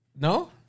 No